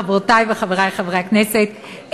חברותי וחברי חברי הכנסת,